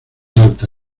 alta